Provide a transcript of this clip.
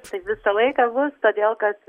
taip visą laiką bus todėl kad